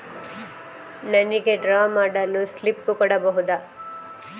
ನನಿಗೆ ಡ್ರಾ ಮಾಡಲು ಸ್ಲಿಪ್ ಕೊಡ್ಬಹುದಾ?